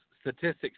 statistics